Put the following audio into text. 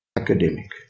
academic